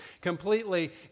completely